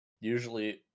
usually